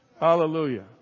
Hallelujah